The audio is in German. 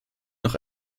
noch